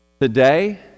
Today